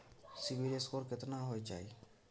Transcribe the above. CIBIL score केतना होय चाही?